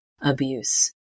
abuse